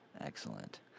Excellent